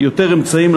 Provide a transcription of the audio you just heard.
יותר אמצעים,